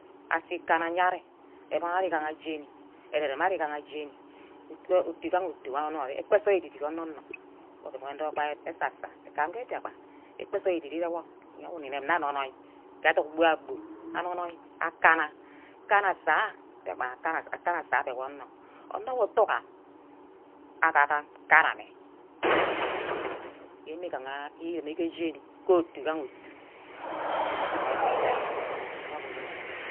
Ase ikana aye ari, emon ari igaha jeni, ere-rem ari gaha jeni, utu gaha utu wor anori ekpe nsort edi-dit onor-nor mme gbe oven wor ndehewor esa-sa ke mbiakpan, ekpe nsort edi-dit eyorwor wor nnem nne anoi-noi ke edug-bua-bu, anoi anoi akana, kana asaha mbiakpan akana asaba ke onor, onor wor utte ugam agagam kana mme, ke edug egaha edug, yen mme gaha irume ke jeni, otu igaha otu sughuren idewor gbem-gbem gam ke ovum iye.